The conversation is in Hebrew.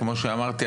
כמו שאמרתי,